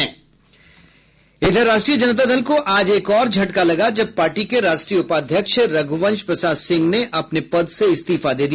राष्ट्रीय जनता दल को आज एक और झटका लगा जब पार्टी के राष्ट्रीय उपाध्यक्ष रघुवंश प्रसाद सिंह ने अपने पद से इस्तीफा दे दिया